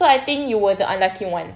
so I think you were the unlucky [one]